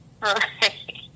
Right